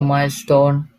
milestone